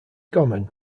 common